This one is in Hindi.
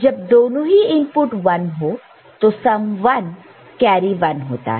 जब दोनों ही इनपुट 1 हो तो सम 1 कैरी 1 होता है